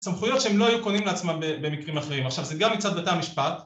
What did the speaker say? סמכויות שהם לא היו קונים לעצמם במקרים אחרים, עכשיו זה גם מצד בתי המשפט